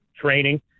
training